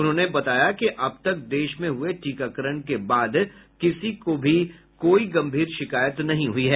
उन्होंने बताया कि अब तक देश में हुए टीकाकरण के बाद किसी को भी कोई गंभीर शिकायत नहीं हुई है